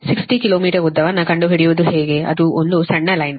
ಆದ್ದರಿಂದ R 60 kilometre ಉದ್ದವನ್ನು ಕಂಡುಹಿಡಿಯುವುದು ಹೇಗೆ ಅದು ಒಂದು ಸಣ್ಣ ಲೈನ್